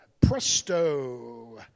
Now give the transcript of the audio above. presto